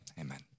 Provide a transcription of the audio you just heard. amen